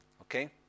Okay